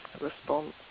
response